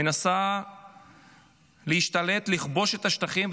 מנסה להשתלט ולכבוש את השטחים,